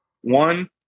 One